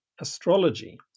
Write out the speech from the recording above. astrology